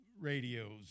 radios